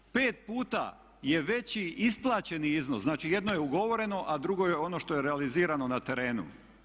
Pet puta je veći isplaćeni iznos, znači jedno je ugovoreno, a drugo je ono što je realizirano na terenu.